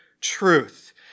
truth